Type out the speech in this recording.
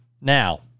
Now